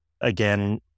Again